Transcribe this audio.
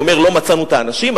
הוא אומר: לא מצאנו את האנשים.